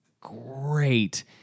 great